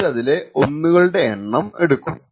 എന്നിട്ട് അതിലെ 1 കളുടെ എണ്ണം എടുക്കും